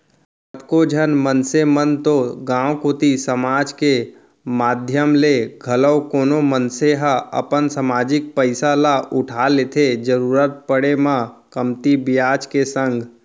कतको झन मनसे मन तो गांव कोती समाज के माधियम ले घलौ कोनो मनसे ह अपन समाजिक पइसा ल उठा लेथे जरुरत पड़े म कमती बियाज के संग